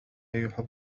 يحب